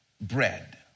bread